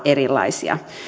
erilaisia